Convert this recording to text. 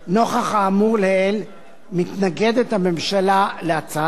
לנוכח האמור לעיל הממשלה מתנגדת להצעת החוק.